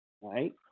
right